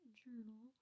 journal